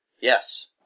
Yes